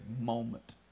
moment